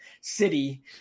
City